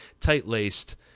tight-laced